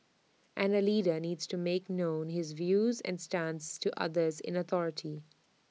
and A leader needs to make known his views and stance to others in authority